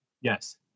Yes